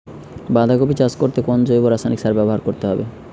বাঁধাকপি চাষ করতে কোন জৈব রাসায়নিক ব্যবহার করতে হবে?